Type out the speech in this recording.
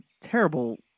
terrible